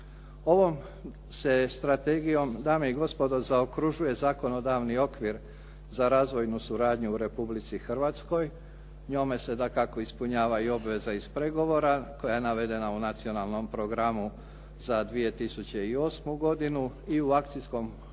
Ovom se strategijom dame i gospodo zaokružuje zakonodavni okvir za razvojnu suradnju u Republici Hrvatskoj. Njome se dakako ispunjavaju obveze iz pregovora koja je navedena u Nacionalnom programu za 2008. godinu. I u Akcijskom planu